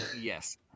Yes